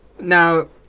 Now